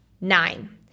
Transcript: nine